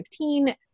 2015